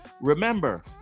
remember